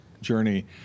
journey